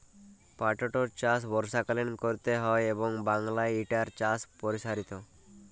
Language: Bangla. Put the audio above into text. পাটটর চাষ বর্ষাকালীন ক্যরতে হয় এবং বাংলায় ইটার চাষ পরসারিত